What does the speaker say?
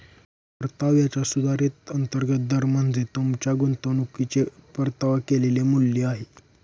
परताव्याचा सुधारित अंतर्गत दर म्हणजे तुमच्या गुंतवणुकीचे परतावा केलेले मूल्य आहे